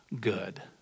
good